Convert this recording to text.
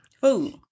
Food